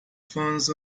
fãs